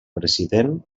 president